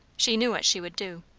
she knew what she would do.